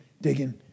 digging